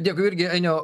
dėkui irgi ainiau